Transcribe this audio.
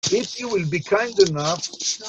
אם תהיו מספיק נחמדים...